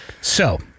So-